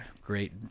great